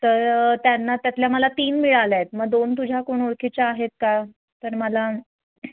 तर त्यांना त्यातल्या मला तीन मिळाल्या आहेत मग दोन तुझ्या कोण ओळखीच्या आहेत का तर मला